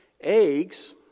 Eggs